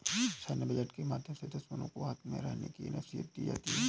सैन्य बजट के माध्यम से दुश्मनों को हद में रहने की नसीहत दी जाती है